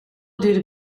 duurde